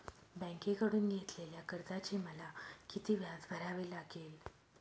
बँकेकडून घेतलेल्या कर्जाचे मला किती व्याज भरावे लागेल?